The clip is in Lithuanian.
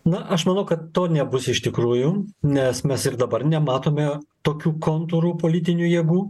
na aš manau kad to nebus iš tikrųjų nes mes ir dabar nematome tokių kontūrų politinių jėgų